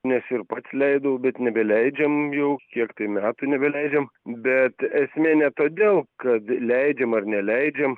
nes ir pats leidau bet nebeleidžiam jau kiek tai metų nebeleidžiam bet esmė ne todėl kad leidžiam ar neleidžiam